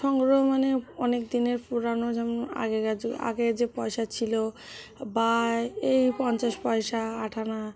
সংগ্রহ মানে অনেক দিনের পুরানো যেমন আগেকার যুগে আগের যে পয়সা ছিল বা এই পঞ্চাশ পয়সা আট আনা